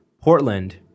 Portland